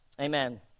Amen